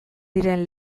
diren